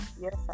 yes